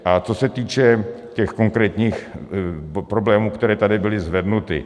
A co se týče těch konkrétních problémů, které tady byly zvednuty.